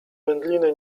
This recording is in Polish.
wędliny